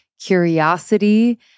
curiosity